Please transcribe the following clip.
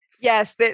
Yes